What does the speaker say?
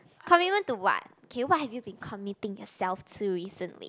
commitment to what okay what have you been committing itself to recently